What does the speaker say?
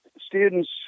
students